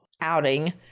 outing